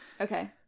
Okay